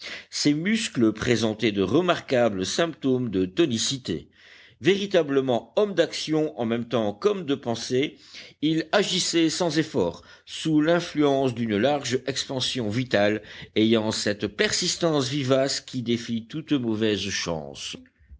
ses muscles présentaient de remarquables symptômes de tonicité véritablement homme d'action en même temps qu'homme de pensée il agissait sans effort sous l'influence d'une large expansion vitale ayant cette persistance vivace qui défie toute mauvaise chance